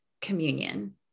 communion